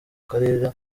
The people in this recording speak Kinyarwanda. karera